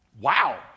Wow